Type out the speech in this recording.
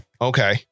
Okay